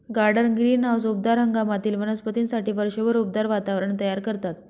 garden greenhouse उबदार हंगामातील वनस्पतींसाठी वर्षभर उबदार वातावरण तयार करतात